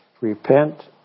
repent